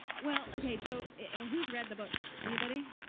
well, ok, so who's read the book? anybody?